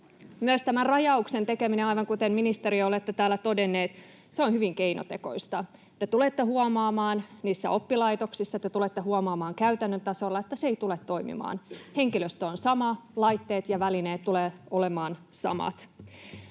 Myös tämä rajauksen tekeminen — aivan kuten, ministeri, olette täällä todennut — on hyvin keinotekoista. Te tulette huomaamaan niissä oppilaitoksissa, te tulette huomaamaan käytännön tasolla, että se ei tule toimimaan. Henkilöstö on sama, laitteet ja välineet tulevat olemaan samat.